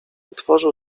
otworzył